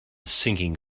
sinking